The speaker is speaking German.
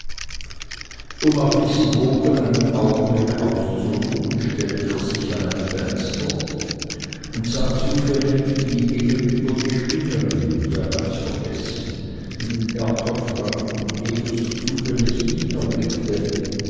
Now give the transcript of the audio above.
um auf diesen wogen einen augenblick auszuruhen stellte er sich an ein fenster und sah zufällig wie gegenüber die spinnerin die er ganz vergessen in den erker trat und ebenso zufällig ihn erblickte